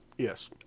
Yes